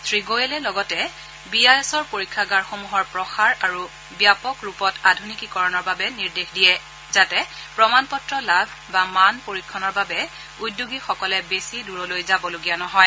শ্ৰীগোৱোলে লগতে B I এছৰ পৰীক্ষাগাৰসমূহৰ প্ৰসাৰ আৰু ব্যাপক ৰূপত আধুনিকীকৰণৰ বাবে নিৰ্দেশ দিয়ে যাতে প্ৰমাণ পত্ৰ লাভ বা মান পৰীক্ষণৰ বাবে উদ্যোগীসকলে বেছি দূৰলৈ যাবলগীয়া নহয়